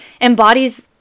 embodies